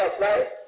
right